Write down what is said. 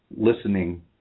listening